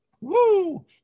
Woo